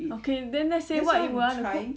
okay then let's say what you want right